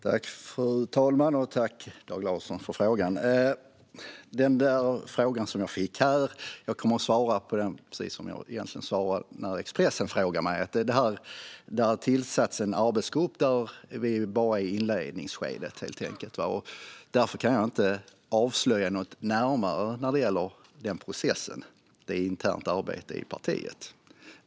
Fru talman! Tack för frågan, Dag Larsson! Jag kommer att svara frågan precis som jag svarade när Expressen frågade mig: Det har tillsatts en arbetsgrupp, och vi är bara i inledningsskedet. Därför kan jag inte avslöja något närmare när det gäller den processen; det är ett internt arbete i partiet.